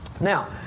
Now